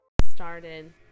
Started